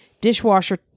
dishwasher